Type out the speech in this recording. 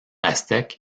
aztèque